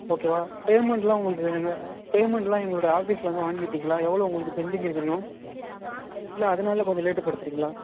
ஓகேவா பேமெண்ட்லாம் உங்களுக்கு பேமெண்ட்லாம் எங்களோடு ஆஃபீஸில் வந்து வாங்கிகிட்டிங்களா எவ்வளோ உங்களுக்கு பெண்டிங் இன்னும் இல்லை அதனால கொஞ்சம் லேட்டுபடுத்துறிங்களா